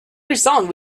resound